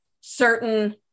certain